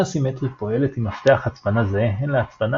הצפנה סימטרית פועלת עם מפתח הצפנה זהה הן להצפנה